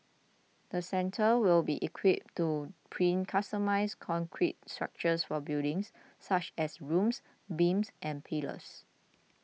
the centre will be equipped to print customised concrete structures for buildings such as rooms beams and pillars